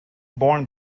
born